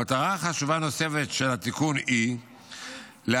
מטרה חשובה נוספת של התיקון היא להעלות